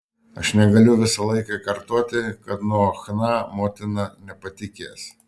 aš negaliu visą laiką kartoti kad nuo chna motina nepatikės